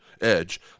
edge